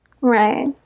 Right